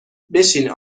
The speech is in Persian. بشین